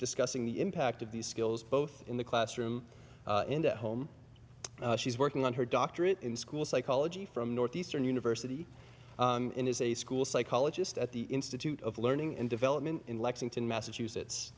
discussing the impact of these skills both in the classroom in the home she's working on her doctorate in school psychology from northeastern university and is a school psychologist at the institute of learning and development in lexington massachusetts